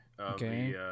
okay